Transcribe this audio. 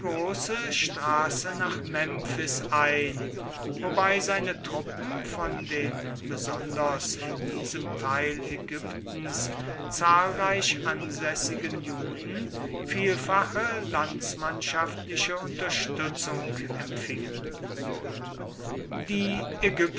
straße nach memphis ein wobei seine truppen von den besonders in diesem teil ägyptens zahlreich ansässigen juden vielfache landsmannschaftliche unterstützung empfingen die